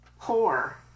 poor